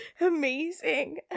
Amazing